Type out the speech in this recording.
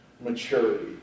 maturity